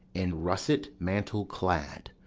in russet mantle clad,